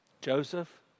Joseph